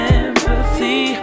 empathy